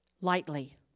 lightly